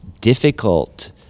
difficult